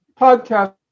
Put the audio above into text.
podcast